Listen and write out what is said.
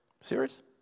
Serious